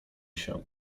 się